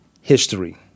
history